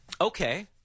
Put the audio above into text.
Okay